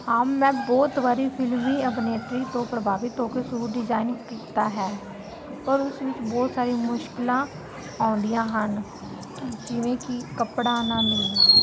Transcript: ਹਾਂ ਮੈਂ ਬਹੁਤ ਵਾਰ ਫਿਲਮੀ ਅਭਿਨੇਤਰੀ ਤੋਂ ਪ੍ਰਭਾਵਿਤ ਹੋ ਕੇ ਸੂਟ ਡਿਜਾਇਨ ਕੀਤਾ ਹੈ ਪਰ ਉਸ ਵਿੱਚ ਬਹੁਤ ਸਾਰੀ ਮੁਸ਼ਕਿਲਾਂ ਆਉਂਦੀਆਂ ਹਨ ਜਿਵੇਂ ਕਿ ਕੱਪੜਾ ਨਾ ਮਿਲਣਾ